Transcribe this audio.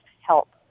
help